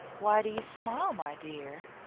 why do you smile, my dear?